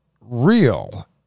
real